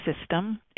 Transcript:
system